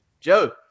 Joe